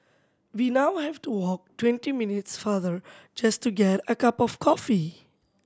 we now have to walk twenty minutes farther just to get a cup of coffee